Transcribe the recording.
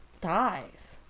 dies